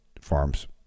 farms